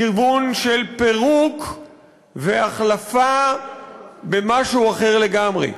כיוון של פירוק והחלפה במשהו אחר לגמרי.